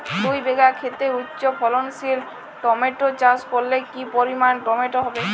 দুই বিঘা খেতে উচ্চফলনশীল টমেটো চাষ করলে কি পরিমাণ টমেটো হবে?